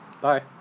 Bye